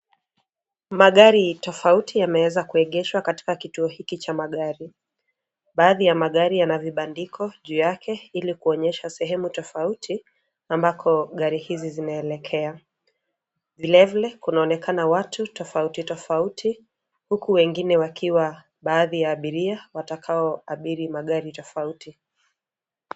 Magari tofauti yameweza kuegeshwa katika kituo hiki cha magari. Baadhi ya magari yana vibandiko juu yake ilikuonyesha sehemu tofauti ambako gari hizi zinaelekea. Vilevile kunaonekana watu tofauti tofauti huku wengine wakiwa baadhi ya abiria watakao abiri magari tofauti.